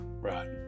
Right